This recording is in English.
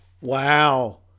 Wow